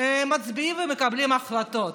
מצביעים ומקבלים החלטות.